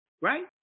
Right